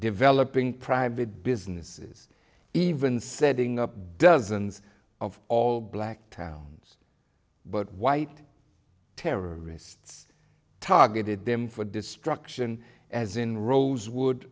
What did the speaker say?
developing private businesses even setting up dozens of all black towns but white terrorists targeted them for destruction as in rosewo